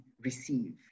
receive